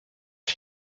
are